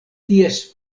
ties